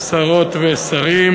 אדוני היושב-ראש, שרות ושרים,